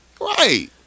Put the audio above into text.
Right